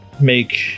make